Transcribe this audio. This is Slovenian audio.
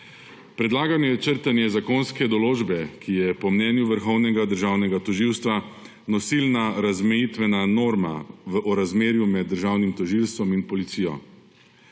Predlagano je črtanje zakonske določbe, ki je po mnenju Vrhovnega državnega tožilstva nosilna razmejitvena norma v razmerju med državnim tožilstvom in policijo.